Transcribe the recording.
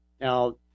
Now